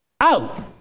out